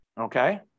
okay